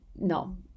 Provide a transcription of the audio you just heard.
No